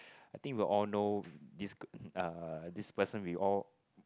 I think we all know this uh this person we all